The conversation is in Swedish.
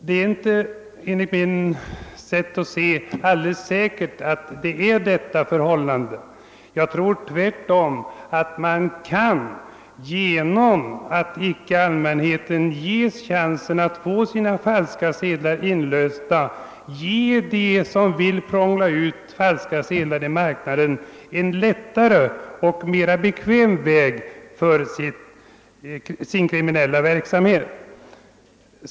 Det är enligt mitt sätt att se inte alldeles säkert att det förhåller sig på det sättet. Jag tror tvärtom att man — genom att allmänheten icke ges chans att få sina falska sedlar inlösta — ger dem som vill prångla ut falska sedlar i marknaden en lättare och mer bekväm väg för deras kriminella verksamhet.